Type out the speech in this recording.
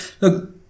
look